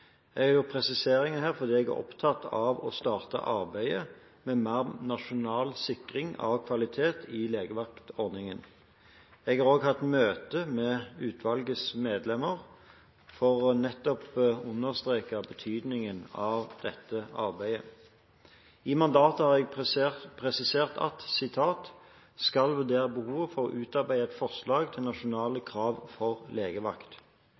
Jeg har gjort presiseringer her fordi jeg er opptatt av å starte arbeidet med mer nasjonal sikring av kvalitet i legevaktordningen. Jeg har også hatt et møte med utvalgets medlemmer nettopp for å understreke betydningen av dette arbeidet. I mandatet har jeg presisert at en «skal vurdere behovet for å utarbeide et forslag til nasjonale krav for legevakt».